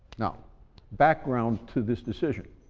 now background to this decision.